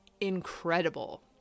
incredible